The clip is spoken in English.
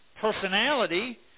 personality